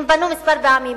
הם פנו כמה פעמים,